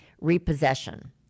repossession